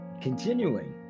Continuing